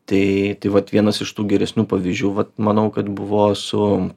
tai vat vienas iš tų geresnių pavyzdžių vat manau kad buvo su